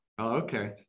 Okay